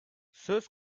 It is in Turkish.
söz